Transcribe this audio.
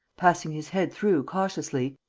passing his head through cautiously,